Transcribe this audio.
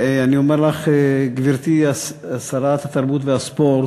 גברתי שרת התרבות והספורט,